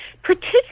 particularly